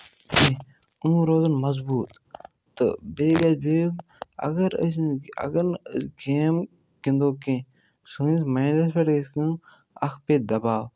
یِمہٕ روزَن مضبوٗط تہٕ بیٚیہِ گژھِ بیٚیہِ اَگر أسۍ اَگر نہٕ أسۍ گیم گِندو کیٚنٛہہ سٲنِس مایِنڈَس پٮ۪ٹھ گژھِ کٲم اکھ پیٚیہِ دَباو